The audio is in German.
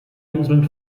inseln